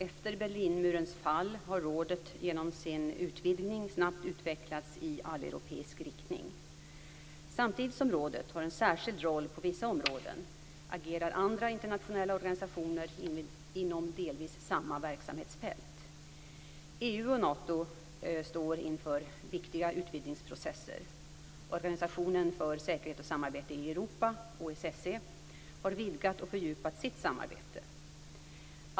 Efter Berlinmurens fall har rådet genom sin utvidgning snabbt utvecklats i alleuropeisk riktning. Samtidigt som rådet har en särskild roll på vissa områden agerar andra internationella organisationer inom delvis samma verksamhetsfält. EU och NATO står inför viktiga utvidgningsprocesser. Organisationen för säkerhet och samarbete i Europa har vidgat och fördjupat sitt samarbete.